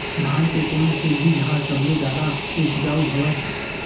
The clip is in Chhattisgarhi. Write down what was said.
धान के कोन से बीज ह सबले जादा ऊपजाऊ हवय?